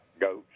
goats